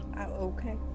Okay